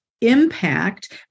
impact